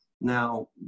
Now